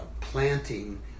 planting